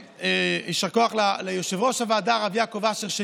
יישר כוח ליושב-ראש הוועדה הרב יעקב אשר,